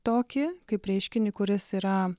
tokį kaip reiškinį kuris yra